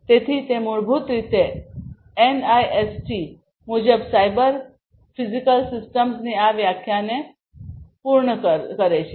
તેથી તે મૂળભૂત રીતે એનઆઇએસટી મુજબ સાયબર ફિઝિકલ સિસ્ટમ્સની આ વ્યાખ્યાને પૂર્ણ કરે છે